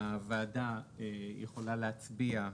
הוועדה יכולה להצביע,